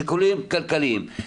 שיקולים כלכליים.